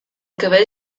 cabell